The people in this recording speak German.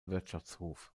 wirtschaftshof